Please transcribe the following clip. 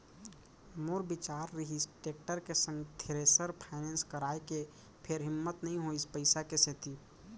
मोर बिचार रिहिस टेक्टर के संग थेरेसर फायनेंस कराय के फेर हिम्मत नइ होइस पइसा के सेती